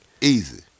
Easy